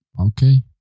okay